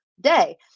day